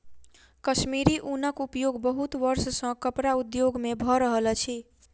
कश्मीरी ऊनक उपयोग बहुत वर्ष सॅ कपड़ा उद्योग में भ रहल अछि